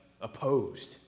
opposed